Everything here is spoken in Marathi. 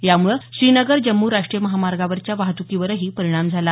यामुळं श्रीनगर जम्मू राष्ट्रीय महामार्गावरच्या वाहतुकीवरही परिणाम झाला